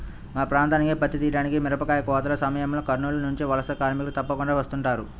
మా ప్రాంతానికి పత్తి తీయడానికి, మిరపకాయ కోతల సమయంలో కర్నూలు నుంచి వలస కార్మికులు తప్పకుండా వస్తుంటారు